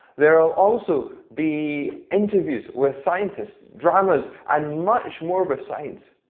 there will also be interviews with scientists, dramas and much more besides.